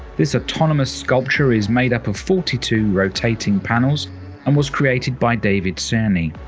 this autonomous sculpture is made up of forty two rotating panels and was created by david cerney.